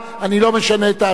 אני לא משנה את ההצבעה.